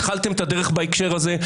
התחלתם את הדרך בהקשר הזה.